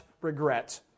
regret